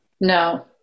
No